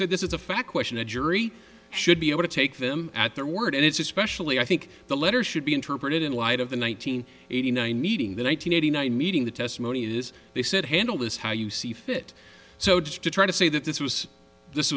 said this is a fact question a jury should be able to take them at their word and it's especially i think the letter should be interpreted in light of the one nine hundred eighty nine meeting the one nine hundred eighty nine meeting the testimony is they said handle this how you see fit so just to try to say that this was this